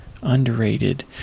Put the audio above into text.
Underrated